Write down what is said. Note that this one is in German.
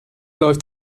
läuft